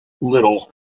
little